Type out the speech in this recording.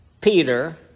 Peter